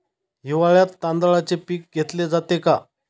हिवाळ्यात तांदळाचे पीक घेतले जाते का?